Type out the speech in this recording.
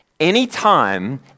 Anytime